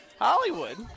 Hollywood